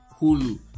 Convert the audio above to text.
Hulu